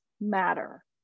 matter